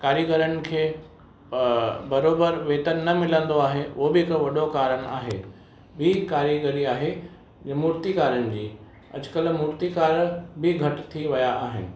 कारीगरनि खे बराबरि वेतनि न मिलंदो आहे उहो बि हिक वॾो कारण आहे ॿी कारीगरी आहे जी मूर्तिकारनि जी अॼुकल्ह मूर्तिकार बि घटि थी विया आहिनि